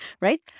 right